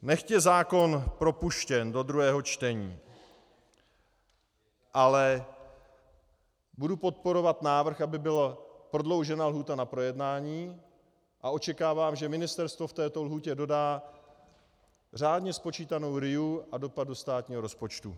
Nechť je zákon propuštěn do druhého čtení, ale budu podporovat návrh, aby byla prodloužena lhůta na projednání, a očekávám, že ministerstvo v této lhůtě dodá řádně spočítanou RIA a dopad do státního rozpočtu.